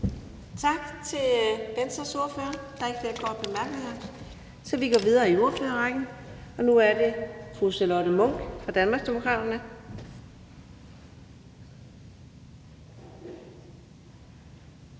Tak til Venstres ordfører. Der er ikke flere korte bemærkninger. Vi går videre i ordførerrækken, og nu er det fru Charlotte Munch fra Danmarksdemokraterne.